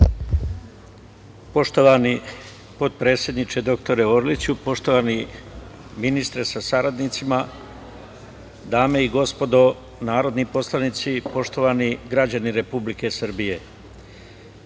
Poštovani potpredsedniče doktore Orliću, poštovani ministre sa saradnicima, dame i gospodo narodni poslanici, poštovani građani Republike Srbije,